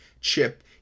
chip